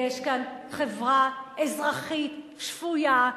יש כאן חברה אזרחית שפויה,